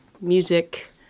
music